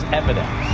evidence